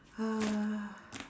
uh